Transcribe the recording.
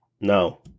no